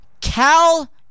Cal